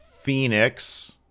Phoenix